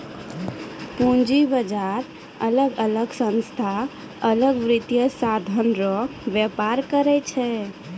पूंजी बाजार अलग अलग संस्था अलग वित्तीय साधन रो व्यापार करै छै